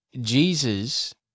Jesus